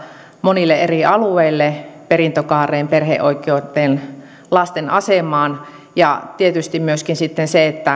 monille eri alueille perintökaareen perheoikeuteen lasten asemaan ja tietysti myöskin